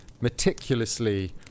meticulously